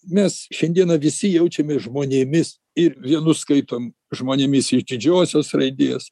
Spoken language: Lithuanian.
mes šiandieną visi jaučiamės žmonėmis ir vienus skaitom žmonėmis iš didžiosios raidės